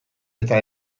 eta